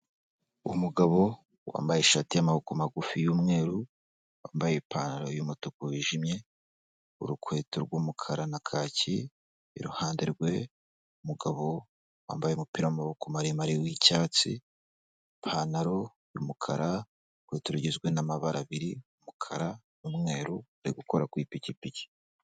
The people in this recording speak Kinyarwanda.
Umugabo wambaye ishati y'amaboko magufi y'umweru, wambaye ipantaro y'umutuku wijimye, urukweto rw'umukara na kaki, iruhande rwe umugabo wambaye umupira w'amaboko maremare w'icyatsi, ipantaro y'umukara urukweto rugizwe n'mabara abiri umukara, umweru ari gukora ku ipikipiki.